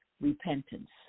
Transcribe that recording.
repentance